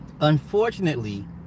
Unfortunately